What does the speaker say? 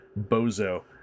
bozo